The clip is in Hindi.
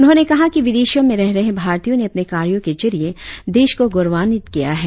उन्होंने कहा कि विदेशों में रह रहे भारतीयों ने अपने कार्यों के जरिए देश को गौरवांवित किया है